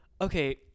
okay